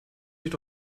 sich